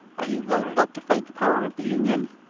are you loaded up to fight the power of the union?